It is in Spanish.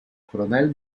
coronel